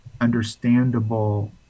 understandable